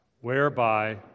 whereby